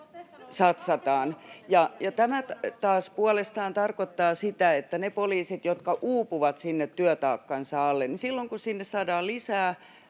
satsataan. Tämä taas puolestaan tarkoittaa niille poliiseille, jotka uupuvat työtaakkansa alle, että silloin kun sinne saadaan lisää